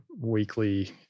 weekly